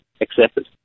accepted